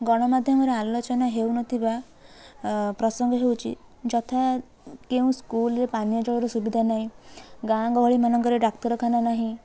ଗଣମାଧ୍ୟମରେ ଆଲୋଚନା ହେଉନଥିବା ପ୍ରସଙ୍ଗ ହେଉଛି ଯଥା କେଉଁ ସ୍କୁଲରେ ପାନୀୟ ଜଳର ସୁବିଧା ନାହିଁ ଗାଁ ଗହଳି ମାନଙ୍କରେ ଡାକ୍ତରଖାନ ନାହିଁ